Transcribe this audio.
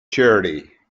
charity